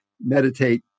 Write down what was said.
meditate